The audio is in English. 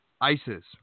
ISIS